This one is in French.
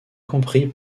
compris